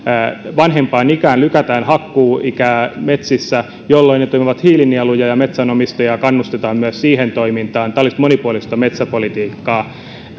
vanhempaan ikään ja lykätään hakkuuikää metsissä jolloin ne toimivat hiilinieluina ja että metsänomistajaa kannustettaisiin myös siihen toimintaan tämä olisi monipuolista metsäpolitiikkaa